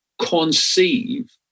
conceive